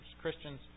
Christians